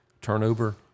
turnover